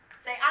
Say